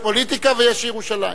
יש פוליטיקה ויש ירושלים,